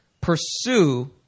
pursue